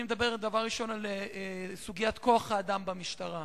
דבר ראשון, אני מדבר על סוגיית כוח-האדם במשטרה.